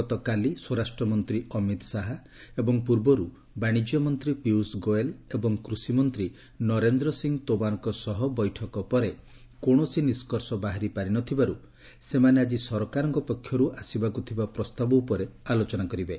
ଗତକାଲି ସ୍ୱରାଷ୍ଟ୍ର ମନ୍ତ୍ରୀ ଅମିତ୍ ଶାହା ଏବଂ ପୂର୍ବରୁ ବାଶିଜ୍ୟ ମନ୍ତ୍ରୀ ପୀୟୁଷ ଗୋୟଲ୍ ଏବଂ କୃଷିମନ୍ତ୍ରୀ ନରେନ୍ଦ୍ର ସିଂହ ତୋମାର୍କ୍କ ସହ ବୈଠକ ପରେ କୌଣସି ନିଷ୍କର୍ଷ ବାହାରି ପାରି ନ ଥିବାରୁ ସେମାନେ ଆଜି ସରକାରଙ୍କ ପକ୍ଷରୁ ଆସିବାକୁ ଥିବା ପ୍ରସ୍ତାବ ଉପରେ ଆଲୋଚନା କରିବେ